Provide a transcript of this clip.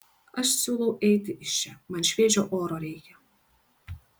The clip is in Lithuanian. aš siūlau eiti iš čia man šviežio oro reikia